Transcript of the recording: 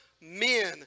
men